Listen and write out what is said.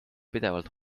pidevalt